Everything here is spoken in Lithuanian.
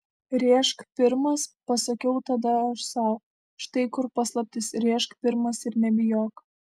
rėžk pirmas pasakiau tada aš sau štai kur paslaptis rėžk pirmas ir nebijok